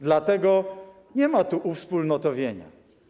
Dlatego nie ma tu uwspólnotowienia.